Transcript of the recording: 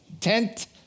tent